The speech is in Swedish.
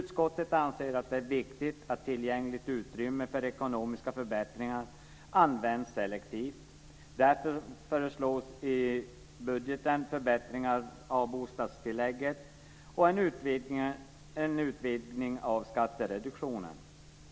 Utskottet anser att det är viktigt att tillgängligt utrymme för ekonomiska förbättringar används selektivt. Därför föreslås i budgeten förbättringar av bostadstillägget och en utvidgning av skattereduktionen.